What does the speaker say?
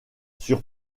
sur